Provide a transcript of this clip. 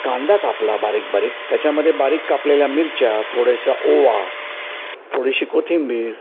कांदा कापला बारीक बारीक त्याच्यामध्ये बारीक कापलेल्या मिरच्या थोडासा ओवा थोडीशी कोथिंबीर